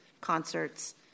concerts